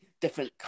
different